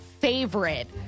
favorite